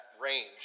range